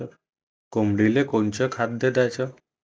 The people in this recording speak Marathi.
कोंबडीले कोनच खाद्य द्याच?